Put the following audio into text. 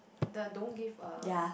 the don't give a